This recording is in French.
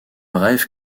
rêve